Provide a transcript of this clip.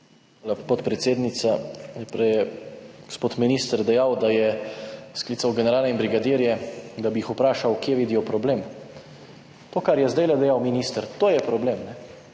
podpredsednica. Prej je gospod minister dejal, da je sklical generala in brigadirje, da bi jih vprašal, kje vidijo problem. To, kar je zdajle dejal minister, to je problem.